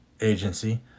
agency